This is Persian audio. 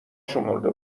شمرده